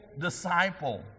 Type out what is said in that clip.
disciple